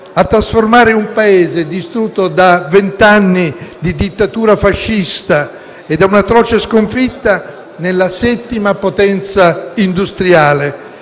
a trasformare un Paese distrutto da vent'anni di dittatura fascista e da un'atroce sconfitta, nella settima potenza industriale,